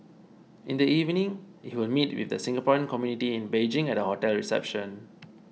in the evening he will meet with the Singaporean community in Beijing at a hotel reception